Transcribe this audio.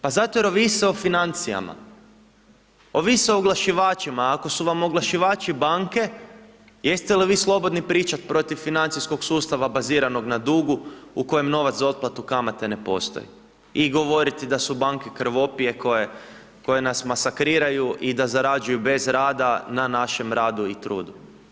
Pa zato jer ovise o financijama, ovise o oglašivačima, a ako su vam oglašivači banke jeste li vi slobodni pričati protiv financijskog sustava baziranog na dugu u kojem novac za otplatu kamate ne postoji i govoriti da su banke krvopije koje nas masakriraju i da zarađuju bez rada na našem radu i trudu.